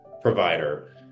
provider